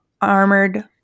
armored